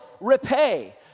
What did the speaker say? repay